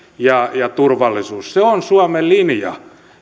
ja turvallisuus se on suomen linja